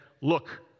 look